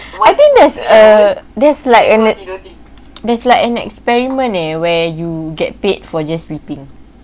I think there's a there's like a there's like an experiment eh where you get paid for just sleeping